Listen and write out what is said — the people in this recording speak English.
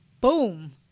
Boom